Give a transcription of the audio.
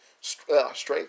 strength